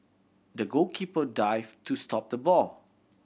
the goalkeeper dive to stop the ball